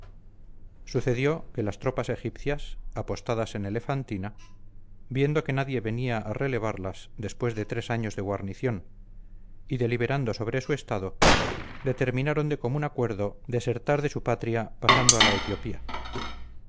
sucedió que las tropas egipcias apostadas en elefantina viendo que nadie venía a relevarlas después de tres años de guarnición y deliberando sobre su estado determinaron de común acuerdo desertar de su patria pasando a la etiopía